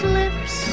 lips